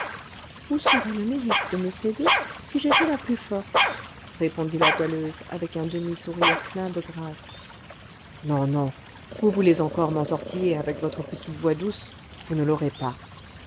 où serait le mérite de me céder si j'étais la plus forte répondit la goualeuse avec un demi-sourire plein de grâce non non vous voulez encore m'entortiller avec votre petite voix douce vous ne l'aurez pas